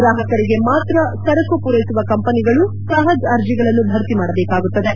ಗ್ರಾಹಕರಿಗೆ ಮಾತ್ರ ಸರಕು ಪೂರೈಸುವ ಕಂಪನಿಗಳು ಸಹಜ್ ಅರ್ಜಿಗಳನ್ನು ಭರ್ತಿ ಮಾಡಬೇಕಾಗುತ್ತದೆ